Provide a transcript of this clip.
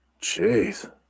jeez